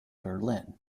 berlin